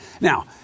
Now